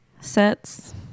Sets